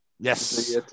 Yes